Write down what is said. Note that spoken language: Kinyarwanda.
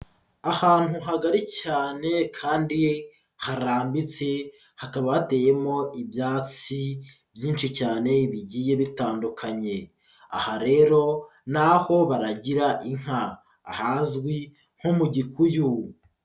Ahantu hagari cyane kandi harambitse, hakaba hateyemo ibyatsi byinshi cyane, bigiye bitandukanye, aha rero naho baragira inka ahazwi nko mu gikuyu.